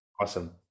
Awesome